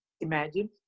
Imagine